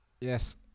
Yes